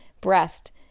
breast